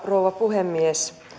rouva puhemies